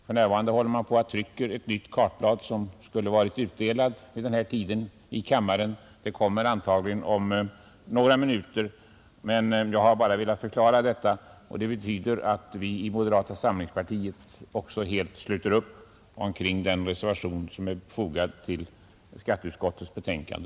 Ett nytt kartongblad har tryckts, och det skulle varit utdelat i kammaren vid denna tidpunkt; det kommer antagligen om några minuter. Jag har bara velat förklara förhållandet. Det betyder att vi i moderata samlingspartiet helt sluter upp bakom den reservation som är fogad vid skatteutskottets betänkande.